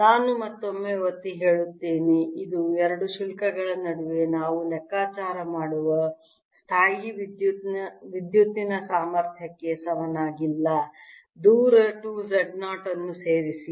ನಾನು ಮತ್ತೊಮ್ಮೆ ಒತ್ತಿಹೇಳುತ್ತೇನೆ ಇದು ಎರಡು ಶುಲ್ಕಗಳ ನಡುವೆ ನಾವು ಲೆಕ್ಕಾಚಾರ ಮಾಡುವ ಸ್ಥಾಯೀವಿದ್ಯುತ್ತಿನ ಸಾಮರ್ಥ್ಯಕ್ಕೆ ಸಮನಾಗಿಲ್ಲ ದೂರ 2 Z 0 ಅನ್ನು ಸೇರಿಸಿ